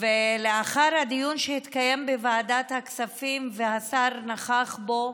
ולאחר הדיון שהתקיים בוועדת הכספים, והשר נכח בו